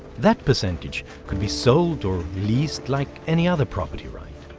that percentage could be sold or leased like any other property right.